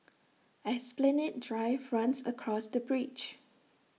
Esplanade Drive runs across the bridge